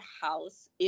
house